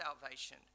salvation